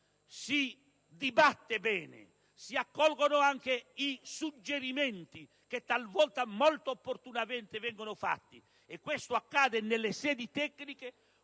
si dibatte bene e si accolgono anche i suggerimenti che talvolta molto opportunamente vengono avanzati - e questo accade nelle sedi tecniche